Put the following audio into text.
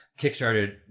kickstarted